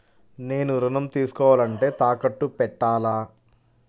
నేను ఋణం తీసుకోవాలంటే తాకట్టు పెట్టాలా?